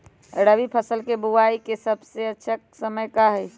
रबी फसल के बुआई के सबसे अच्छा समय का हई?